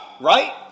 right